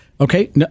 Okay